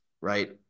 right